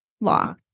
law